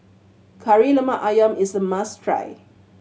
Kari Lemak Ayam is a must try